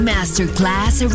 Masterclass